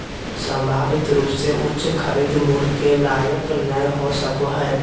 संभावित रूप से उच्च खरीद मूल्य के लायक नय हो सको हइ